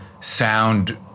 sound